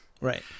right